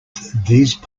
these